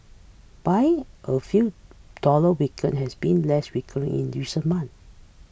buying of you dollar weaken has been less frequent in recent month